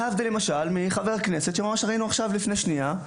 להבדיל מחבר הכנסת שראינו עכשיו לפני שנייה,